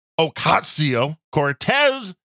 Ocasio-Cortez